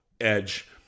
Edge